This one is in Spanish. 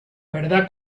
verdad